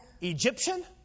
Egyptian